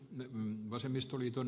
ne asemaa